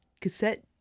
cassette